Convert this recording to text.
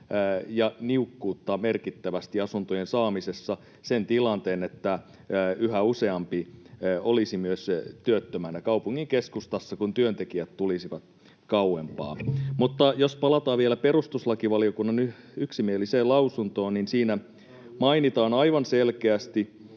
ja niukkuutta merkittävästi asuntojen saamisessa, sen tilanteen, että yhä useampi olisi myös työttömänä kaupungin keskustassa, kun työntekijät tulisivat kauempaa. Mutta jos palataan vielä perustuslakivaliokunnan yksimieliseen lausuntoon, niin siinä mainitaan aivan selkeästi,